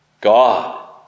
God